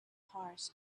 heart